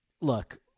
look